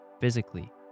physically